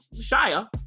Shia